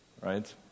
Right